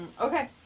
Okay